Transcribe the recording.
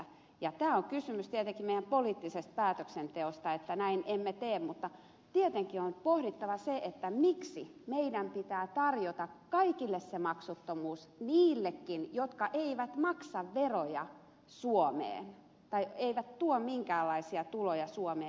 ja tässä on kysymys tietenkin meidän poliittisesta päätöksenteostamme että näin emme tee mutta tietenkin on pohdittava sitä miksi meidän pitää tarjota kaikille se maksuttomuus niillekin jotka eivät maksa veroja suomeen tai eivät tuo minkäänlaisia tuloja suomeen